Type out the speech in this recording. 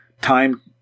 time